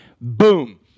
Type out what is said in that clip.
boom